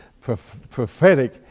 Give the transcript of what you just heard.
prophetic